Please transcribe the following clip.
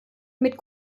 mit